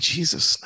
Jesus